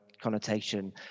connotation